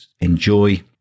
enjoy